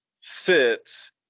sits